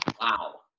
Wow